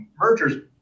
mergers